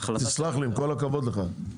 תסלח לי עם כל הכבוד לך,